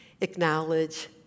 acknowledge